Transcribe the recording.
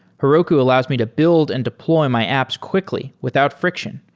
heroku allows me to build and deploy my apps quickly without friction.